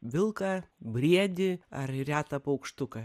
vilką briedį ar retą paukštuką